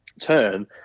turn